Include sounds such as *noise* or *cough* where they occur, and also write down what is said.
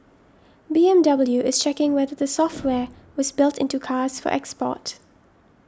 B M W is checking whether the *noise* software was built into cars for export